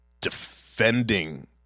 defending